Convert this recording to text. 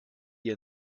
dir